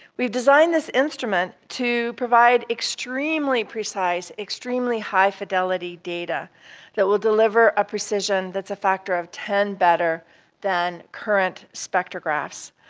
we've designed this instrument to provide extremely precise, extremely high fidelity data that will deliver a precision that's a factor of ten better than current spectrographs.